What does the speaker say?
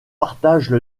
partagent